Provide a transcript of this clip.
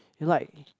it's like